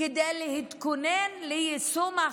כדי להתכונן ליישום החוק.